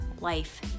life